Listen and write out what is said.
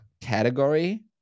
category